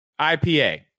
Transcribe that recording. IPA